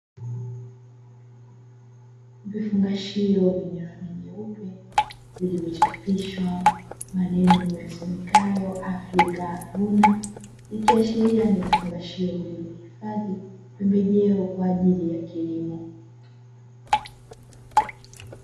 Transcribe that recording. Vifungashio vyenye rangi nyeupe vilivyochapisha kwa maneno yasomekayo Afrika vuna, ikiashiria ni maneno yatumikayo vilivyohifadhi pembejeo kwa ajili ya kilimo.